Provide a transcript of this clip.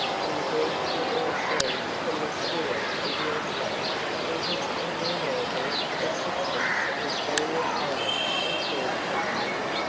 and the greeting they received from the steward of the estate and his innumerable assistants was very italian and full of color.